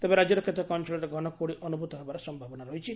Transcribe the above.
ତେବେ ରାଜ୍ୟର କେତେକ ଅଅଳରେ ଘନକୁହୁଡ଼ି ଅନୁଭ୍ରତ ହେବାର ସମ୍ଭାବନା ରହିଛି